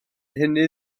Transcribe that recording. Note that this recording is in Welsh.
hynny